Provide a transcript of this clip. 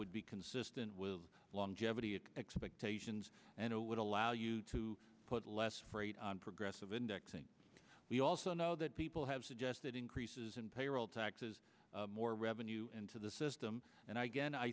would be consistent with longevity of expectations and it would allow you to put less freight on progressive indexing we also know that people have suggested increases in payroll taxes more revenue into the system and